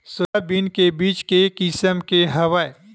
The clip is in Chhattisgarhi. सोयाबीन के बीज के किसम के हवय?